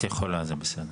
את יכולה, זה בסדר.